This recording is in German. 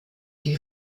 die